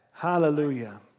Hallelujah